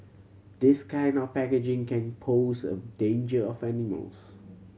this kind of packaging can pose a danger of animals